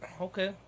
Okay